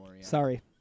Sorry